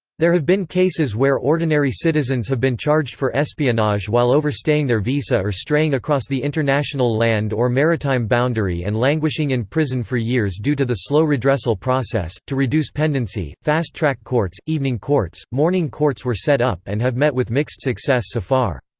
there have been cases where ordinary citizens have been charged for espionage while overstaying their visa or straying across the international land or maritime boundary and languishing in prison for years due to the slow redressal process to reduce pendency, fast-track courts, evening courts morning courts were set up and have met with mixed success so far.